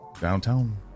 Downtown